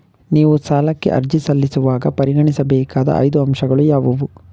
ನೀವು ಸಾಲಕ್ಕೆ ಅರ್ಜಿ ಸಲ್ಲಿಸುವಾಗ ಪರಿಗಣಿಸಬೇಕಾದ ಐದು ಅಂಶಗಳು ಯಾವುವು?